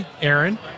Aaron